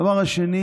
הדבר השני,